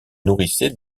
nourrissait